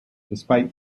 despite